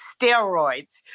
steroids